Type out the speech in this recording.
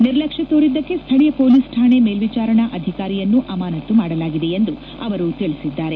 ನಿರ್ಲಕ್ಷ ತೋರಿದ್ದಕ್ಕೆ ಸ್ಥಳೀಯ ಪೋಲಿಸ್ ಠಾಣೆ ಮೇಲ್ವಿಚಾರಣಾ ಅಧಿಕಾರಿಯನ್ನು ಅಮಾನತ್ತು ಮಾಡಲಾಗಿದೆ ಎಂದು ಅವರು ತಿಳಿಸಿದ್ದಾರೆ